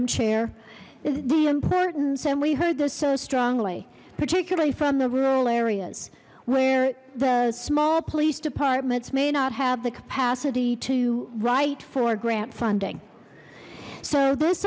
chair the importance and we heard this so strongly particularly from the rural areas where the small police departments may not have the capacity to write for grant funding so this